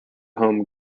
home